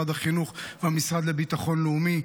משרד החינוך והמשרד לביטחון לאומי.